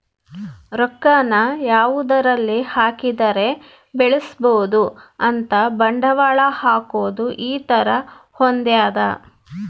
ರೊಕ್ಕ ನ ಯಾವದರಲ್ಲಿ ಹಾಕಿದರೆ ಬೆಳ್ಸ್ಬೊದು ಅಂತ ಬಂಡವಾಳ ಹಾಕೋದು ಈ ತರ ಹೊಂದ್ಯದ